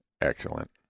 excellent